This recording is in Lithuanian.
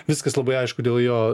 viskas labai aišku dėl jo